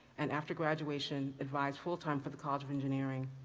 and after graduation, advised full time for the college of engineering.